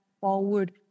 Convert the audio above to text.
forward